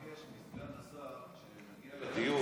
רציתי לבקש מסגן השר: כשנגיע לדיון,